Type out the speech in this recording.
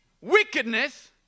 wickedness